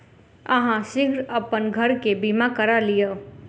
अहाँ शीघ्र अपन घर के बीमा करा लिअ